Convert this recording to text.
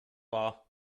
law